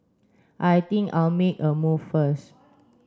I think I'll make a move first